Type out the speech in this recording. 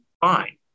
fine